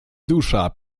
dusza